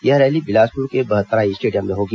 यह रैली बिलासपुर के बहतराई स्टेडियम में होगी